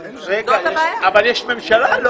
אבל יש ממשלה.